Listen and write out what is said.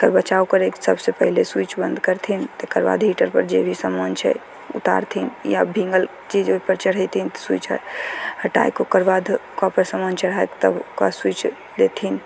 एकर बचाव करयके सबसँ पहिले स्विच बन्द करथिन तकरबाद हीटरपर जे भी सामान छै उतारथिन या भीङ्गल चीज ओइपर चढ़ेथिन तऽ स्विच हटाय कऽ ओकरबाद ओकरापर सामान चढ़ाय कऽ तब ओकर स्विच देथिन